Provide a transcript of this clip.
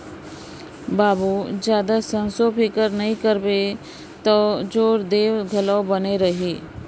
बाबू जादा संसो फिकर नइ करबे तौ जोर देंव घलौ बने रही